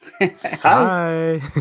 Hi